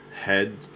head